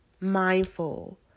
mindful